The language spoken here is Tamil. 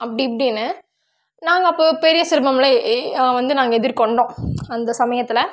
அப்படி இப்படின்னு நாங்கள் அப்போ பெரிய சிரமங்களை நான் வந்து நாங்கள் எதிர்க்கொண்டோம் அந்த சமயத்தில்